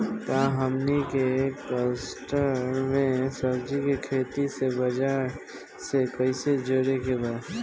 का हमनी के कलस्टर में सब्जी के खेती से बाजार से कैसे जोड़ें के बा?